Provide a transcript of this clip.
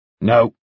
No